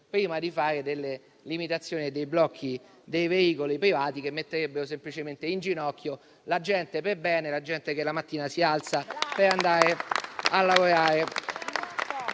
o a blocchi della circolazione per i veicoli privati che metterebbero semplicemente in ginocchio la gente per bene, la gente che la mattina si alza per andare a lavorare.